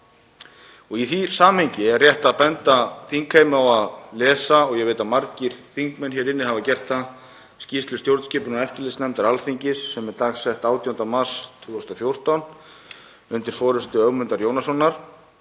og í því samhengi er rétt að benda þingheimi á að lesa, og ég veit að margir þingmenn hér inni hafa gert það, skýrslu stjórnskipunar- og eftirlitsnefndar Alþingis, dagsett 18. mars 2014, undir forystu Ögmundar Jónassonar,